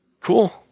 cool